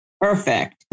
perfect